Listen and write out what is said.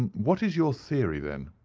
and what is your theory, then?